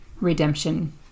redemption